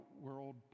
world